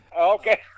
Okay